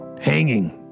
hanging